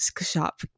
shop